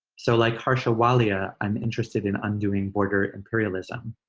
so like harsha walia, i'm interested in undoing border imperialism.